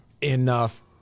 enough